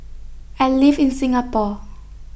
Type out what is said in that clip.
I live in Singapore